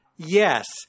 Yes